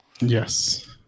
Yes